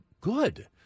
good